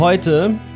Heute